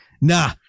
Nah